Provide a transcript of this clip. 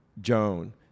Joan